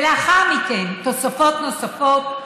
ולאחר מכן תוספות נוספות,